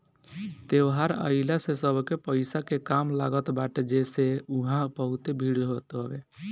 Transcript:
त्यौहार आइला से सबके पईसा के काम लागत बाटे जेसे उहा बहुते भीड़ होत हवे